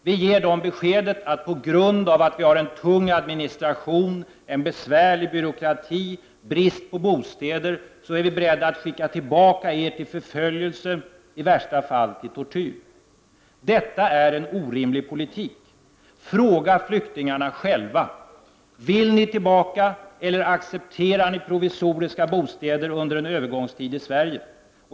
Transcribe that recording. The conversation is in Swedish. Vi ger dem beskedet att vi på grund av att vi har en tung administration, en besvärlig byråkrati och brist på bostäder är beredda att skicka tillbaka dem till förföljelse och, i värsta fall, till tortyr. Detta är en orimlig politik! Fråga flyktingarna själva om de vill åka tillbaka eller om de accepterar provisoriska bostäder i Sverige under en övergångstid.